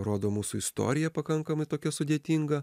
rodo mūsų istorija pakankamai tokia sudėtinga